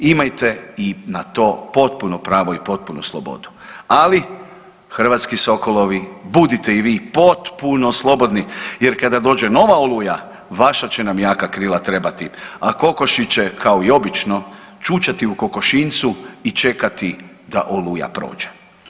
Imajte i na to potpuno pravo i potpunu slobodu, ali hrvatski sokolovi budite i vi potpuno slobodni jer kada dođe nova oluja vaša će nam jaka krila trebati, a kokoši će kao i obično čučati u kokošinjcu i čekati da oluja prođe.